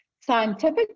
scientific